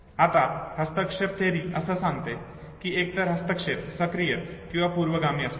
आता हस्तक्षेप थिअरी असे सांगते की एकतर हस्तक्षेप सक्रिय किंवा पूर्वगामी असतो